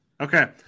Okay